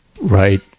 right